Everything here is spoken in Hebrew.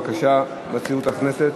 בבקשה, מזכירות הכנסת.